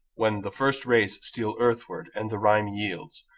when the first rays steal earthward, and the rime yields,